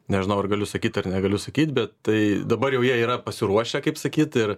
nežinau ar galiu sakyt ar negaliu sakyt bet tai dabar jau jie yra pasiruošę kaip sakyt ir